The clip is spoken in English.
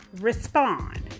respond